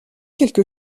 quelque